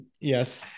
Yes